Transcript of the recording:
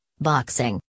boxing